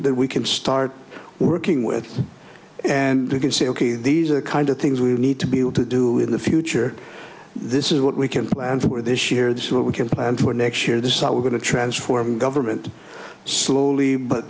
that we can start working with and you can say ok these are the kind of things we need to be able to do in the future this is what we can and for this year this is what we can and for next year this hour we're going to transform government slowly but